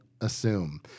assume